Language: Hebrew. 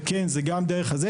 וכן זה גם דרך השכר,